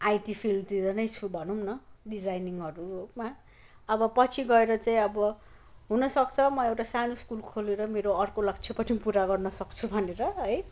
IT फील्डतिरै नै छु भनौँ न डिजाइनिङहरूमा अब पछि गएर चाहिँ अब हुन सक्छ म एउटा सानो स्कुल खोलेर मेरो अर्को लक्ष्य पनि पुरा गर्न सक्छु भनेर है